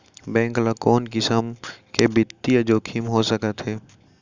Bank ल कोन किसम के बित्तीय जोखिम हो सकत हे?